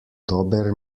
dober